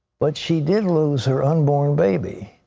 but she did lose her unborn baby.